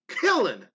killing